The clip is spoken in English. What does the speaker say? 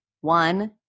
One